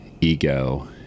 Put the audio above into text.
ego